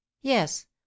Yes